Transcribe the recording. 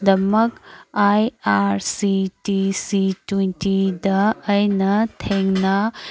ꯗꯃꯛ I R C T C ꯇ꯭ꯋꯦꯟꯇꯤꯗ ꯑꯩꯅ ꯊꯦꯡꯅ